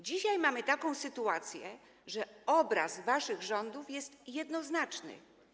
Dzisiaj mamy taką sytuację, że obraz waszych rządów jest jednoznaczny.